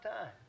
time